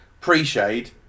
pre-shade